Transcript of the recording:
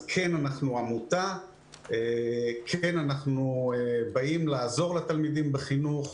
אנחנו עמותה, אנחנו באים לעזור לתלמידים בחינוך.